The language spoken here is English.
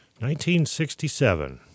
1967